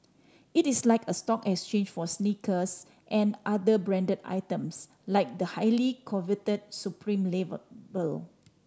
it is like a stock exchange for sneakers and other branded items like the highly coveted Supreme label